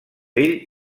ell